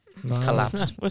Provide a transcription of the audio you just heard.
collapsed